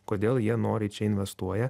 kodėl jie noriai čia investuoja